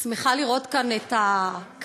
אני שמחה לראות כאן את הכבאים,